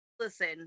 listen